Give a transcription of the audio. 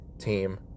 team